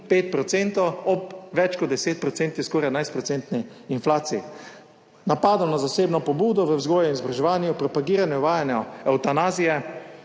5 % ob več kot 10 %, skoraj 11 % inflaciji, napadom na zasebno pobudo v vzgoji in izobraževanju, propagiranj uvajanja evtanazije